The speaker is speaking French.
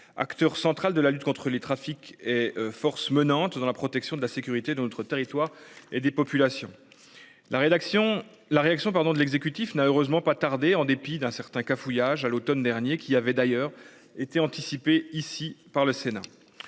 acteur central de la lutte contre les trafics et forces menant tout dans la protection de la sécurité de notre territoire et des populations. La rédaction la réaction pardon de l'exécutif n'a heureusement pas tarder, en dépit d'un certain cafouillage à l'Automne dernier qui avait d'ailleurs été anticipée ici par le Sénat.